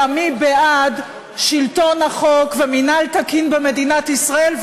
אלא מי בעד שלטון החוק ומינהל תקין במדינת ישראל,